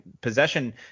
possession